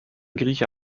grieche